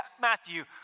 Matthew